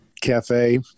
cafe